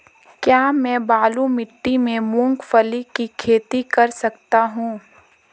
क्या मैं बालू मिट्टी में मूंगफली की खेती कर सकता हूँ?